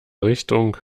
richtung